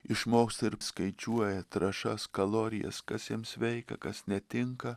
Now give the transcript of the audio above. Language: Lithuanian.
išmoksta ir skaičiuoja trąšas kalorijas kas jam sveika kas netinka